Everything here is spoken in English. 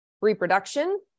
reproduction